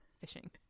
fishing